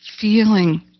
feeling